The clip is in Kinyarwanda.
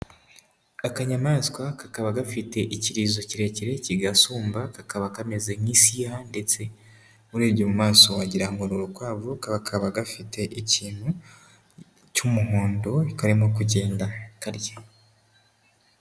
Akanyamaswa kakaba gafite ikirizo kirekire kigasumba, kakaba kameze nk'isiyaha ndetse urebye mu maso wagira ngo ni urukwavu, kakaba gafite ikintu cy'umuhondo karimo kugenda karya.